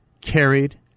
carried